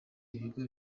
ibigo